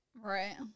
right